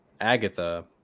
Agatha